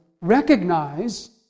recognize